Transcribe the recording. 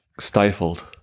stifled